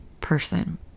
person